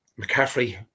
McCaffrey